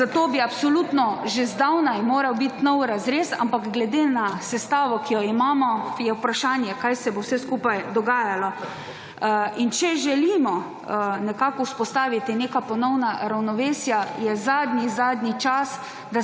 Zato bi absolutno že zdavnaj moral biti novi razrez, ampak glede na sestavo, ki jo imamo je vprašanje kaj se bo vse skupaj dodajalo in če želimo nekako vzpostaviti neke ponovna ravnovesja je zadnji, zadnji čas,